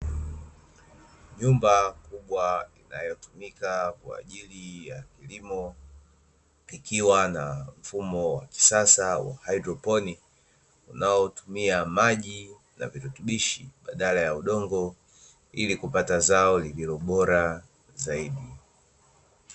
Nyumba inayotumika kwa ajili ya kilimo ikiwa na mfumo wa kisasa wa hydroponiki, unaotumia maji yenye virutubishi badala ya udongo ili kupata zao lililobora zaidi.